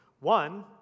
One